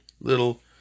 little